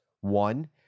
One